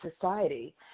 Society